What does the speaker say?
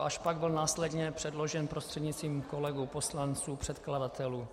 Až pak byl následně předložen prostřednictvím kolegů poslanců, předkladatelů.